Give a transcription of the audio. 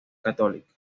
católica